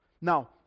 Now